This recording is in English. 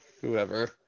whoever